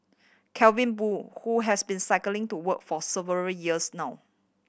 Calvin Boo who has been cycling to work for several years now